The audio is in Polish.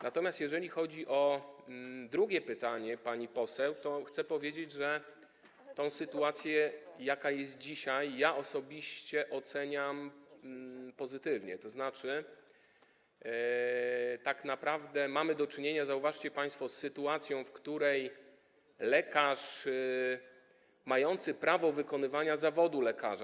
Natomiast jeżeli chodzi o drugie pytanie pani poseł, to chcę powiedzieć, że tę sytuację, jaka jest dzisiaj, ja osobiście oceniam pozytywnie, tzn. tak naprawdę mamy do czynienia - zauważcie państwo - z sytuacją, w której lekarz mający prawo wykonywania zawodu lekarza.